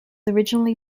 originally